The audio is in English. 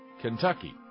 Kentucky